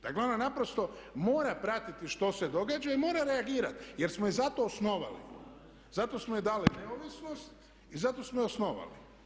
Dakle, ona naprosto mora pratiti što se događa i mora reagirati jer smo je zato osnovali, zato smo joj dali neovisnost i zato smo je osnovali.